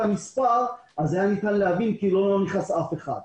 המספר היה אפשר להבין כאילו לא נכנס אף אחד.